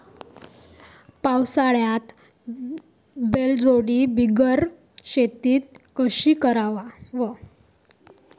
पावसाळ्यात बैलजोडी बिगर शेती कशी कराव?